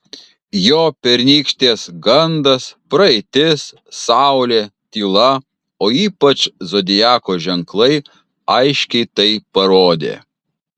jo pernykštės gandas praeitis saulė tyla o ypač zodiako ženklai aiškiai tai parodė